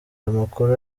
amakuru